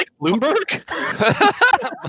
Bloomberg